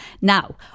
Now